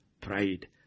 Pride